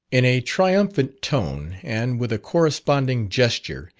in a triumphant tone, and with a corresponding gesture,